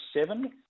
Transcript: seven